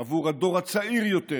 עבור הדור הצעיר יותר,